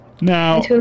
Now